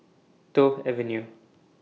Toh Avenue